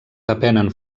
depenen